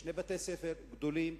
יש שני בתי-ספר גדולים,